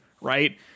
right